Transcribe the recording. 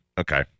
Okay